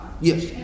Yes